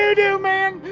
doo doo man.